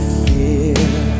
fear